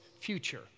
future